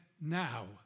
now